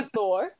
Thor